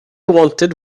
wanted